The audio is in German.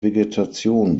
vegetation